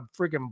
freaking